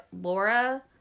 Laura